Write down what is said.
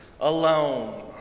alone